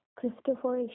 Christopher